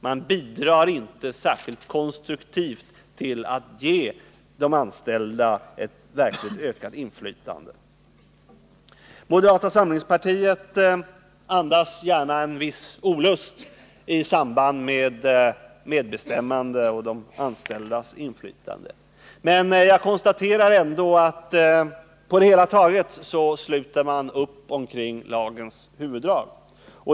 Man bidrar inte särskilt konstruktivt till att ge de anställda ett verkligt ökat inflytande. Moderata samlingspartiet andas gärna en viss olust i samband med medbestämmande och de anställdas inflytande, men jag konstaterar ändå att på det hela taget sluter man upp kring lagens huvuddrag.